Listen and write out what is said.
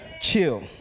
Chill